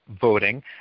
voting